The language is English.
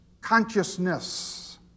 consciousness